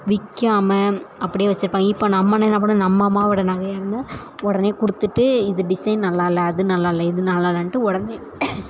விற்காம அப்படியே வச்சுருப்பாங்க இப்போ நம்ம வந்து என்ன பண்ணணும் நம்ம அம்மாவோடய நகையாக இருந்தால் உடனே கொடுத்துட்டு இது டிசைன் நல்லா இல்லலை அது நல்லா இல்லை இது நல்லா இல்லைனுட்டு உடனே